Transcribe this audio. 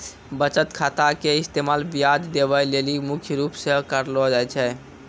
बचत खाता के इस्तेमाल ब्याज देवै लेली मुख्य रूप से करलो जाय छै